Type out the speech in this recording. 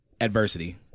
adversity